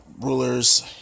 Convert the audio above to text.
Rulers